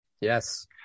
Yes